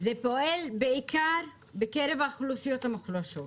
זה פועל בעיקר בקרב האוכלוסיות המוחלשות.